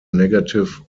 negative